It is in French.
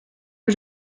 que